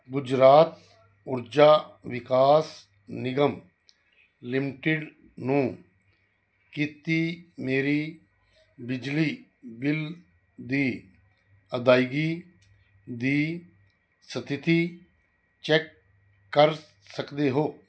Gujarat Urja Vikas Nigam limited ਨੂੰ ਕੀਤੀ ਮੇਰੀ ਬਿਜਲੀ ਬਿੱਲ ਦੀ ਅਦਾਇਗੀ ਸਥਿਤੀ ਚੈੱਕ ਕਰ ਸਕਦੇ ਹੋ